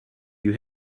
you